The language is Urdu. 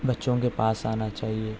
بچوں کے پاس آنا چاہیے